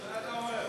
מה אתה אומר?